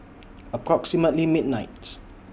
approximately midnight